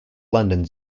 london